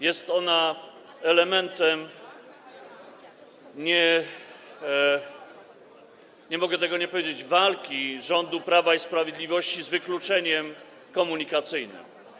Jest ona elementem - nie mogę tego nie powiedzieć - walki rządu Prawa i Sprawiedliwości z wykluczeniem komunikacyjnym.